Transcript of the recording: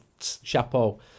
chapeau